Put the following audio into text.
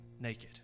naked